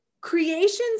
creation's